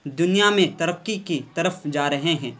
دنیا میں ترقی کی طرف جا رہے ہیں